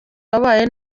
wabaye